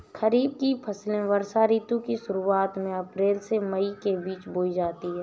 खरीफ की फसलें वर्षा ऋतु की शुरुआत में अप्रैल से मई के बीच बोई जाती हैं